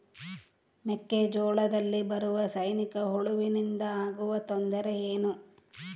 ಮೆಕ್ಕೆಜೋಳದಲ್ಲಿ ಬರುವ ಸೈನಿಕಹುಳುವಿನಿಂದ ಆಗುವ ತೊಂದರೆ ಏನು?